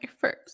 first